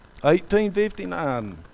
1859